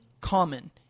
common